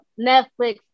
Netflix